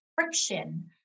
friction